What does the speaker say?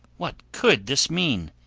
what could this mean?